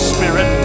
Spirit